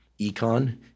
econ